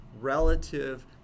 relative